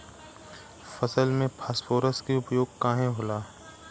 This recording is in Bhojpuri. फसल में फास्फोरस के उपयोग काहे होला?